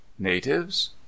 Natives